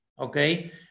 okay